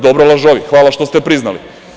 Dobro, lažovi, hvala što ste priznali.